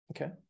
Okay